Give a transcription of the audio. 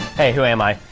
hey, who am i?